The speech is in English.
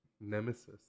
Nemesis